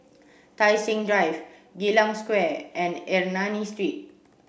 Tai Seng Drive Geylang Square and Ernani Street